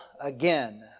again